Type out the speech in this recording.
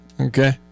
Okay